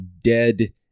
dead